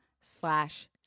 slash